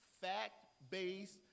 fact-based